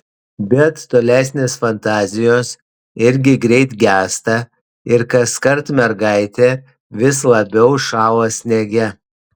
bet tolesnės fantazijos irgi greit gęsta ir kaskart mergaitė vis labiau šąla sniege